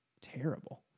terrible